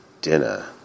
dinner